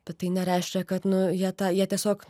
bet tai nereiškia kad nu jie tą jie tiesiog